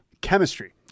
Chemistry